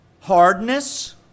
hardness